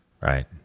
Right